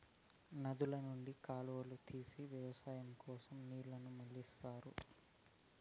నదుల నుండి కాలువలు తీసి వ్యవసాయం కోసం నీళ్ళను మళ్ళిస్తారు